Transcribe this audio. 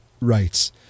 rights